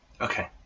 Okay